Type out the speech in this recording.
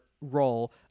role